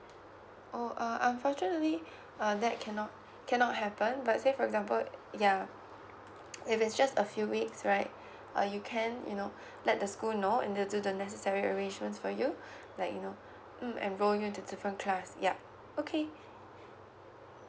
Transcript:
oh err unfortunately uh that cannot cannot happen but say for example ya if it's just a few weeks right uh you can you know let the school know and they'll do the necessary arrangements for you like you know mm enrol you to different class yup okay